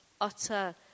utter